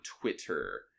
Twitter